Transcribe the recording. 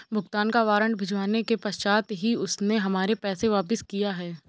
भुगतान का वारंट भिजवाने के पश्चात ही उसने हमारे पैसे वापिस किया हैं